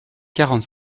quarante